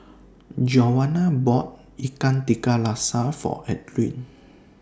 Giovanna bought Ikan Tiga Rasa For Adline